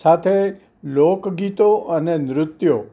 સાથે લોકગીતો અને નૃત્યો